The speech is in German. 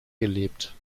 gelebt